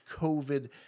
COVID